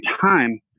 time